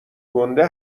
گنده